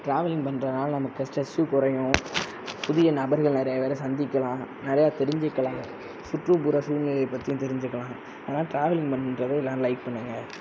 travelling பண்ணுறதுனால நமக்கு stress குறையும் புதிய நபர்களை நிறைய பேரை சந்திக்கலாம் நிறையா தெரிஞ்சிக்கலாம் சுற்றுப்புற சூழ்நிலையை பற்றியும் தெரிஞ்சிக்கலாம் அதனால் டிராவலிங் பண்ணுறத எல்லாரும் லைக் பண்ணுங்கள்